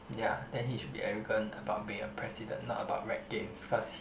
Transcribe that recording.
ya then he should be arrogant about being a president not about rec games cause he